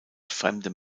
fremde